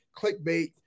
clickbait